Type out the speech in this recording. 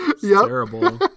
Terrible